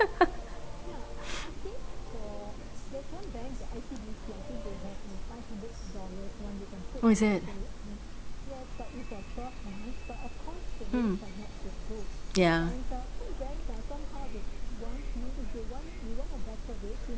oh is it mm yeah